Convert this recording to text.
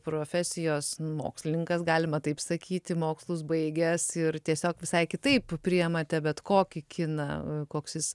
profesijos mokslininkas galima taip sakyti mokslus baigęs ir tiesiog visai kitaip priimate bet kokį kiną koks jis